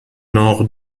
nord